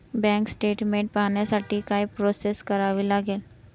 Bank statement पाहण्यासाठी काय process करावी लागेल?